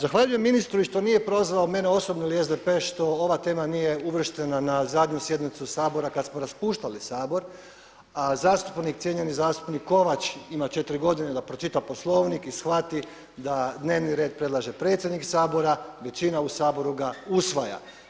Zahvaljujem ministru što nije prozvao mene osobno ili SDP što ova tema nije uvrštena na zadnju sjednicu Sabora kada smo raspuštali Sabor, a cijenjeni zastupnik Kovač ima četiri godine da pročita Poslovnik i shvati da dnevni red predlaže predsjednik Sabora, većina u Saboru ga usvaja.